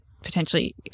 Potentially